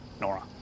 Nora